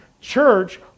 church